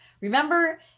remember